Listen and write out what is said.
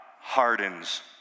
hardens